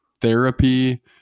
therapy